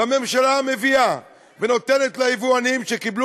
והממשלה מביאה ונותנת ליבואנים שקיבלו